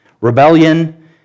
rebellion